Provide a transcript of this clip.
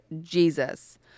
Jesus